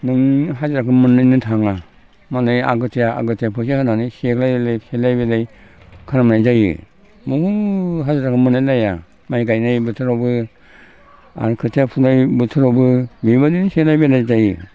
नों हाजिराखौनो मोननो थाङा मालाय आगतिया आगतिया फैसा होनानै सेलाय बेलाय सेलाय बेलाय खालामनाय जायो नों हाजिराखौनो मोनलायलाया माइ गायनाय बोथोरावबो आरो खोथिया फुनाय बोथोरावबो बेबायदिनो सेलाय बेलाय जायो